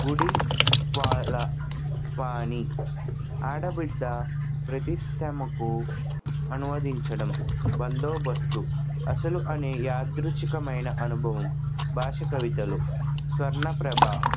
గుడి వాళ్ళ వాని ఆడబిడ్డ ప్రతిష్టముకు అనువదించడం బందోబస్తు అసలు అనే యాదృచ్ఛికమైన అనుభవం భాష కవితలు స్వర్ణ ప్రభ